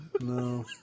no